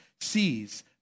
sees